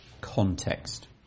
context